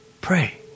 pray